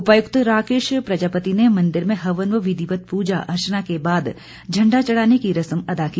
उपायुक्त राकेश प्रजापति ने मंदिर में हवन व विधिवत् पूजा अर्चना के बाद झंडा चढ़ाने की रस्म अदा की